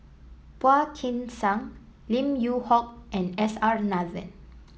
Phua Kin Siang Lim Yew Hock and S R Nathan